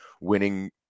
winning